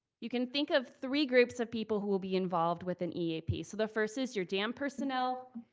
you can think of three groups of people who will be involved with an eap. so the first is your dam personnel,